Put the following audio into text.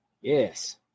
Yes